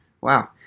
Wow